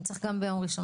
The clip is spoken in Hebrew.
אם צריך, גם ביום ראשון.